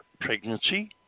pregnancy